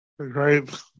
great